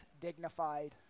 dignified